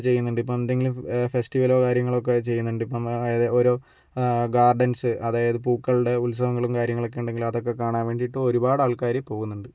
ചെയ്യുന്നുണ്ട് ഇപ്പോൾ എന്തെങ്കിലും ഫെസ്റ്റിവലോ കാര്യങ്ങളോ ഒക്കെ ചെയ്യുന്നുണ്ട് ഇപ്പോൾ ഓരോ ഗാർഡൻസ് അതായത് പൂക്കളുടെ ഉത്സവങ്ങളും കാര്യങ്ങളൊക്കെ ഉണ്ടെങ്കില് അതൊക്കെ കാണാൻ വേണ്ടിയിട്ടും ഒരുപാട് ആൾക്കാര് പോകുന്നുണ്ട്